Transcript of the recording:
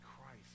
Christ